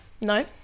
No